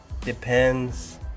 depends